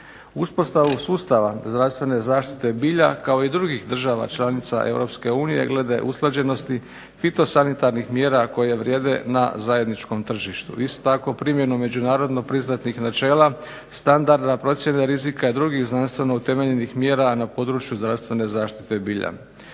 uspostavu sustava zdravstvene zaštite bilja kao i drugih država članica Europske unije, glede usklađenosti, i to sanitarnih mjera koje vrijede na zajedničkom tržištu. Isto tako primjenom međunarodno priznatih načela standarda procjene rizika i drugih znanstveno utemeljenih mjera na području zdravstvene zaštite bilja.